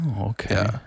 okay